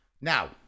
Now